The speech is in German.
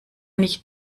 nicht